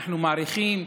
אנחנו מעריכים.